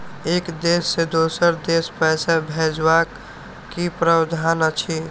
एक देश से दोसर देश पैसा भैजबाक कि प्रावधान अछि??